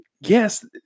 yes